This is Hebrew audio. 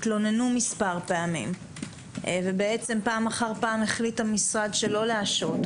התלוננו מספר פעמים ופעם אחר פעם החליט המשרד לא להשעות,